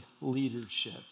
leadership